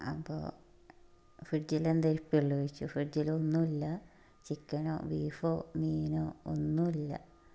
അപ്പോൾ ഫ്രിഡ്ജിൽ എന്തേ ഇരിപ്പുള്ളതെന്നു ചോദിച്ചു ഫ്രിഡ്ജിൽ ഒന്നുമില്ല ചിക്കനോ ബീഫോ മീനോ ഒന്നുമില്ല